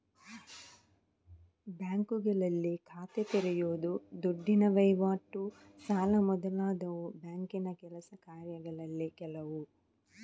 ಬ್ಯಾಂಕುಗಳಲ್ಲಿ ಖಾತೆ ತೆರೆಯುದು, ದುಡ್ಡಿನ ವೈವಾಟು, ಸಾಲ ಮೊದಲಾದವು ಬ್ಯಾಂಕಿನ ಕೆಲಸ ಕಾರ್ಯಗಳಲ್ಲಿ ಕೆಲವು